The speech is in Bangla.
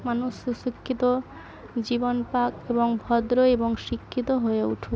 মানুষ সুশিক্ষিত জীবন পাক এবং ভদ্র এবং শিক্ষিত হয়ে উঠুক